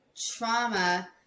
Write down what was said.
trauma